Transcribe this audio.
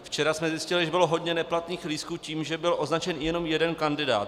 Včera jsme zjistili, že bylo hodně neplatných lístků tím, že byl označen jenom jeden kandidát.